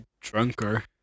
drunker